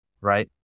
right